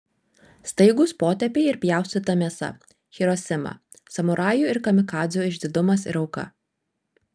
staigūs potėpiai ir pjaustyta mėsa hirosima samurajų ir kamikadzių išdidumas ir auka